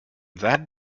that